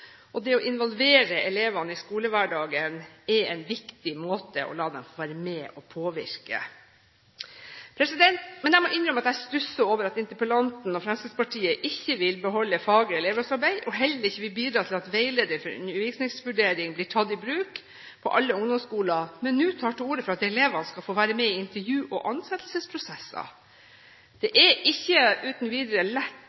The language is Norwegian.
og å involvere elevene i skolehverdagen er en viktig måte å la dem få være med å påvirke. Men jeg må innrømme at jeg stusser over at interpellanten og Fremskrittspartiet ikke vil beholde faget elevrådsarbeid og heller ikke vil bidra til at veilederen for undervisningsvurdering blir tatt i bruk på alle ungdomsskoler, men nå tar til orde for at elevene skal få være med i intervju- og ansettelsesprosesser. Det er ikke uten videre lett